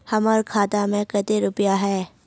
हमर खाता में केते रुपया है?